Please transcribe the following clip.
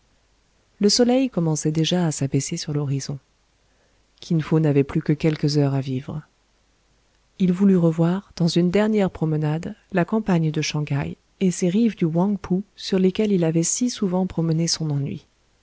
le soleil commençait déjà à s'abaisser sur l'horizon kin fo n'avait plus que quelques heures à vivre il voulut revoir dans une dernière promenade la campagne de shang haï et ces rives du houang pou sur lesquelles il avait si souvent promené son ennui